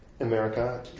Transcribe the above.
America